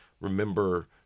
remember